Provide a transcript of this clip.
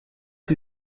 sie